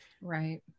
right